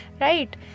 right